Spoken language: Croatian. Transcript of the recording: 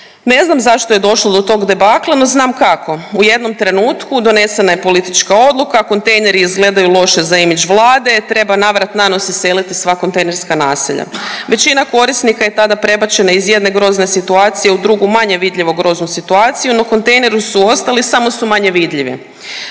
Ne znam zašto je došlo do tog debakla no znam kako? U jednom trenutku donesena je politička odluka, kontejneri izgledaju loše za image Vlade, treba na vrat na nos iseliti sva kontejnerska naselja. Većina korisnika je tada prebačena iz jedne grozne situacije u drugu manje vidljivu groznu situaciju, no kontejneri su ostali samo su manje vidljivi.